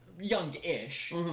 young-ish